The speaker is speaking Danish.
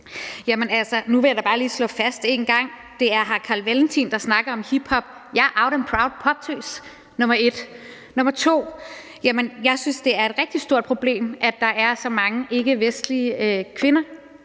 Jamen altså, nu vil jeg da bare lige slå fast en gang for alle: Det er hr. Carl Valentin, der snakker om hiphop. Jeg er out and proud poptøs. Det er nummer 1. Nummer 2 er, at jeg synes, det er et rigtig stort problem, at der er så mange ikkevestlige kvinder,